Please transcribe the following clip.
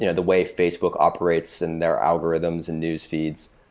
you know the way facebook operates in their algorithms and newsfeeds.